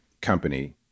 company